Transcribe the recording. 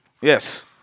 Yes